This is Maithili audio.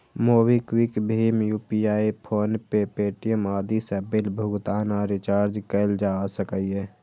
मोबीक्विक, भीम यू.पी.आई, फोनपे, पे.टी.एम आदि सं बिल भुगतान आ रिचार्ज कैल जा सकैए